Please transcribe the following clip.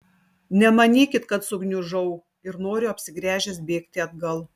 nemanykit kad sugniužau ir noriu apsigręžęs bėgti atgal